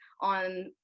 on